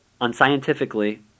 unscientifically